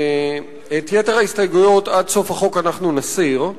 ואת יתר ההסתייגויות עד סוף החוק אנחנו נסיר.